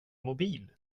mobil